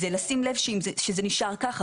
אז לשים לב שזה נשאר ככה,